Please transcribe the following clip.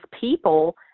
people